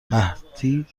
قحطی